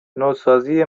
نوسازی